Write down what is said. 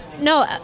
No